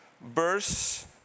verse